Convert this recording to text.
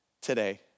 today